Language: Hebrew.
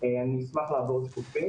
ואני חברה בצוות "20-30"